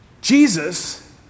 Jesus